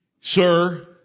Sir